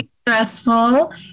stressful